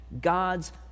God's